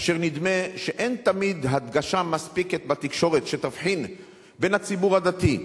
אשר נדמה שאין תמיד הדגשה מספקת בתקשורת שתבחין בין הציבור הדתי,